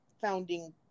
founding